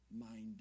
minded